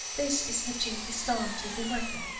this is hitching the star to the wagon.